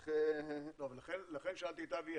צריך --- לכן שאלתי את אבי,